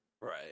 Right